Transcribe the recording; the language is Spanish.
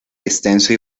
extenso